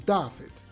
David